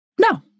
No